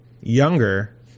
younger